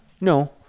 No